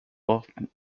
often